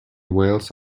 wales